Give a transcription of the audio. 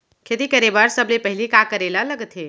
खेती करे बर सबले पहिली का करे ला लगथे?